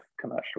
commercial